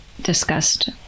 discussed